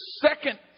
second